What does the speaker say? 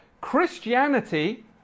Christianity